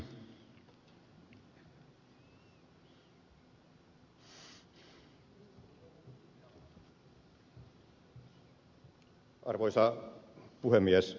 arvoisa puhemies